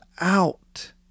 out